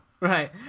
Right